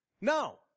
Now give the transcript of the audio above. No